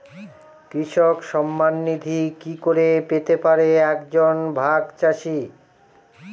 কৃষক সন্মান নিধি কি করে পেতে পারে এক জন ভাগ চাষি?